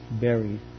buried